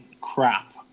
crap